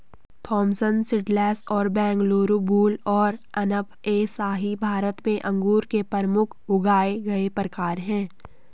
Thompson seedless और Bangalore blue और अनब ए शाही भारत में अंगूर के प्रमुख उगाए गए प्रकार हैं